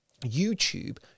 YouTube